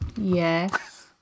Yes